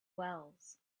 wells